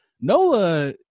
Nola